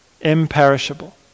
imperishable